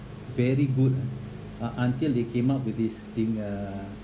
very good ah uh until they came up with this thing uh